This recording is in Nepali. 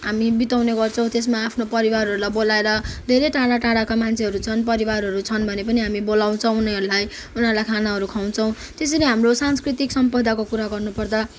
हामी बिताउने गर्छौँ त्यसमा आफ्नो परिवारहरूलाई बोलाएर धेरै टाडा टाडाका मान्छेहरू छन् परिवारहरू छन् भने पनि हामी बोलाउँछौँ उनीहरूलाई उनीहरूलाई खानाहरू खुवाउँछौँ त्यसरी हाम्रो सांस्कृतिक सम्पदाको कुरा गर्न पर्दा